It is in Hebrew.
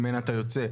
שממנה אתה יוצא,